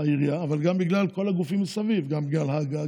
העירייה אבל גם בגלל כל הגופים מסביב: גם בגלל הג"א,